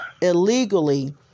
illegally